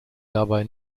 dabei